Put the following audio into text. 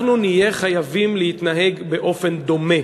אנחנו נהיה חייבים להתנהג באופן דומה.